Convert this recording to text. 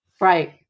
Right